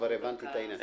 כבר הבנתי את העניין.